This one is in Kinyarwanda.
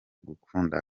gukunda